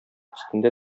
өстендә